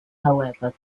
however